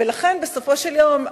ולכן בסופו של יום,